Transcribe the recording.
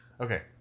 Okay